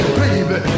baby